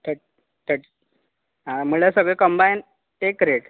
that थट आं म्हणल्यार सगळे कंबायन एक रेट